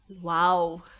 Wow